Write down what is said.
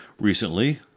recently